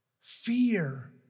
fear